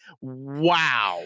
Wow